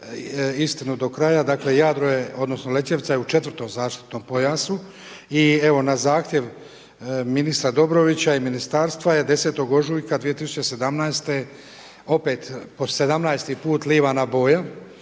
istinu do kraja. Dakle Jadro je, odnosno Lećevica je u 4.-tom zaštitnom pojasu. I evo na zahtjev ministra Dobrovića i ministarstva je 10. ožujka 2017. opet po 17.-ti put livana boja